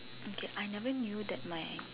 okay I never knew that my